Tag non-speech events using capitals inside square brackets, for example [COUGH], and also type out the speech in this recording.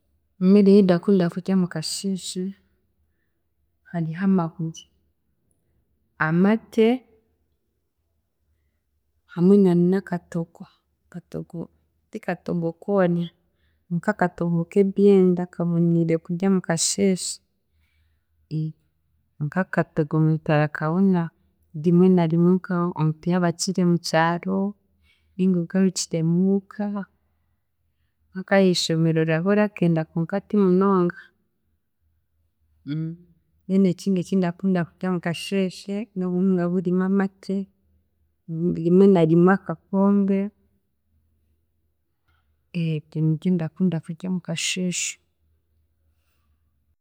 Emere ei ndakunda kurya mukasheeshe hariho amahuri, amate hamwe na n'akatogo. Akatogo ti katogo koona nk'akatogo k'ebyanda kaboniire kurya mukasheeshe konka akatogo omuntu arakabona rimwe na rimwe nk'omuntu yaagiire mu kyaro ninga ogarukire muuka, nk'ahiishomero oraba orakenda konka timunonga. Then ekindi ekindakunda kurya mukasheeshe, n'obuhunga birimu amate, rimwe na rimwe akakombe. [HESITATION] Ebyo nibyo ndakunda kurya mukasheeshe.